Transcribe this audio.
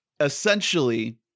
Essentially